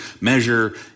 measure